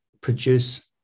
produce